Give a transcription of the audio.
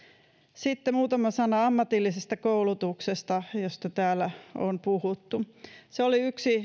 sitten muutama sana ammatillisesta koulutuksesta josta täällä on puhuttu se oli yksi